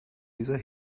dieser